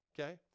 okay